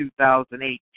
2018